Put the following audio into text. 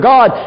God